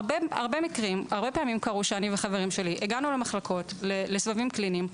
הרבה מקרים קרו שחברים שלי ואני הגענו למחלקות לסבבים קליניים,